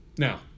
Now